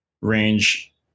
range